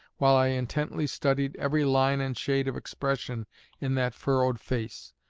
while i intently studied every line and shade of expression in that furrowed face.